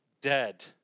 dead